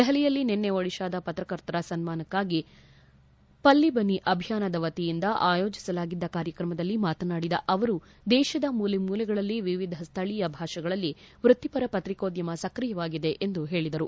ದೆಹಲಿಯಲ್ಲಿ ನಿನ್ನೆ ಒಡಿಷಾದ ಪತ್ರಕರ್ತರ ಸನ್ನಾನಕ್ನಾಗಿ ಪಲ್ಲಿಬನಿ ಅಭಿಯಾನದ ವತಿಯಿಂದ ಆಯೋಜಿಸಲಾಗಿದ್ದ ಕಾರ್ಯಕ್ರಮದಲ್ಲಿ ಮಾತನಾಡಿದ ಅವರು ದೇಶದ ಮೂಲೆ ಮೂಲೆಗಳಲ್ಲಿ ವಿವಿಧ ಸ್ಥಳೀಯ ಭಾಷೆಗಳಲ್ಲಿ ವೃತ್ತಿಪರ ಪತ್ರಿಕೋದ್ಲಮ ಸ್ಕ್ರಿಯವಾಗಿದೆ ಎಂದು ಹೇಳಿದರು